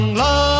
love